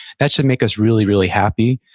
that should make us really, really happy,